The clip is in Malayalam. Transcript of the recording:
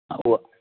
ആ ഉവ്വ്